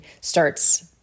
starts